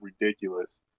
ridiculous